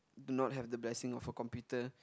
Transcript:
do not have the blessing of a computer